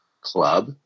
club